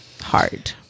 hard